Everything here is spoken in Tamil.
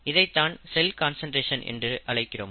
இதைத்தான் செல் கான்சன்ட்ரேஷன் என்று அழைக்கிறோம்